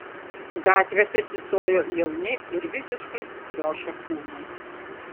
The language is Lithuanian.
gatvėse tysojo jauni ir visiškai sukriošę kūnai